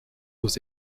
aux